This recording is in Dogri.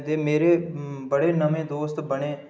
ते मेरे बड़े नमें दोस्त बने